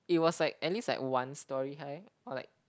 it was like at least like one storey high or like